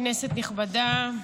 כנסת נכבדה,